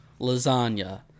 lasagna